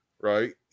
right